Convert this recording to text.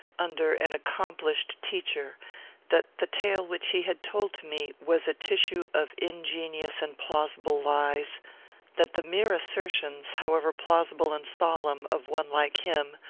under an accomplished teacher that the tale which he had told to me was a tissue of ingenious and plausible lies that the mere assertions, however plausible and solemn, of one like him,